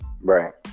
Right